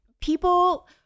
people